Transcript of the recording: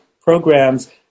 programs